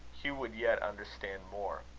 hugh would yet understand more.